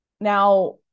Now